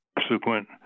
subsequent